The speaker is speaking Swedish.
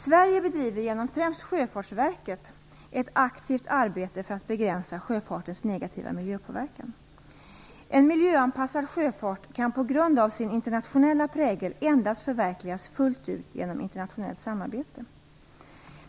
Sverige bedriver genom främst Sjöfartsverket ett aktivt arbete för att begränsa sjöfartens negativa miljöpåverkan. En miljöanpassad sjöfart kan på grund av sin internationella prägel endast förverkligas fullt ut genom internationellt samarbete.